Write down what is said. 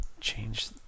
change